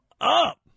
up